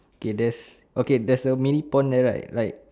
okay that's okay that's a mini pond there right like